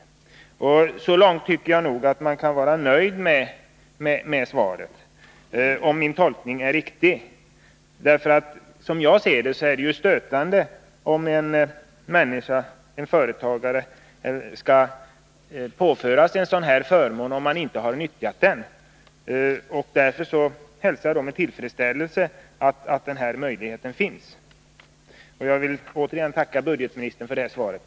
Så långt tycker jag nog att man kan vara nöjd med svaret, om min tolkning är riktig. Som jag ser det vore det nämligen stötande om en företagare kunde påföras en sådan förmån om han inte hade utnyttjat den. Därför hälsar jag med tillfredsställelse att den här möjligheten finns. Jag vill återigen tacka budgetministern för svaret.